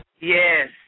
Yes